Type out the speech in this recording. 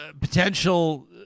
potential